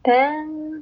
then